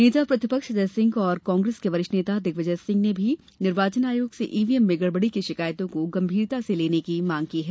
नेता प्रतिपक्ष अजय सिंह और कांग्रेस के वरिष्ठ नेता दिग्विजय सिंह ने भी निर्वाचन आयोग से ईवीएम में गड़बड़ी की शिकायतों को गंभीरता से लेने की मांग की है